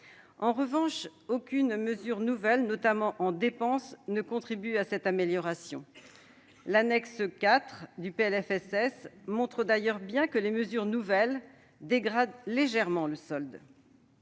En revanche, aucune mesure nouvelle, notamment en dépenses, ne contribue à cette amélioration. L'annexe 4 du PLFSS montre d'ailleurs bien que les mesures nouvelles dégradent légèrement le solde.